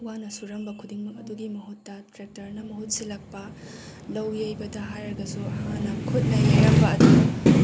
ꯋꯥꯅ ꯁꯨꯔꯝꯕ ꯑꯗꯨꯒꯤ ꯃꯍꯨꯠꯇ ꯇ꯭ꯔꯦꯛꯇꯔꯅ ꯃꯍꯨꯠ ꯁꯤꯜꯂꯛꯄ ꯂꯧ ꯌꯩꯕꯗ ꯍꯥꯏꯔꯒꯁꯨ ꯍꯥꯟꯅ ꯈꯨꯠꯅ ꯌꯩꯔꯝꯕ ꯑꯗꯨ